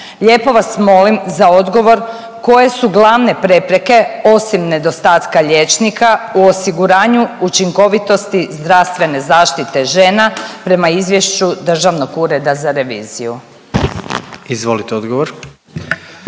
Lijepo vas molim za odgovor koje su glavne prepreke osim nedostatka liječnika u osiguranju učinkovitosti zdravstvene zaštite žena prema izvješću Državnog ureda za reviziju? **Jandroković,